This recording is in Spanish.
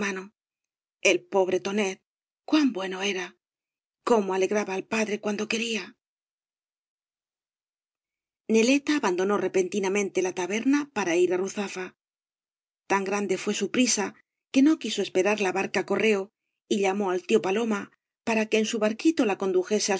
el pobre tonet cuan bueno eral cómo alegraba al padre cuando quería neleta abandonó repentinamente la taberna para ir á ruzafa tan grande fué su prisa que no v blasco ibáñjedz quiso esperar la barca correo y llamó al tío pa loma para que en su barquito la condujese ai